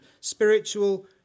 spiritual